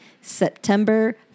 September